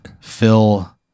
phil